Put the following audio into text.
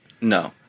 No